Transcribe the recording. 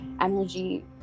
energy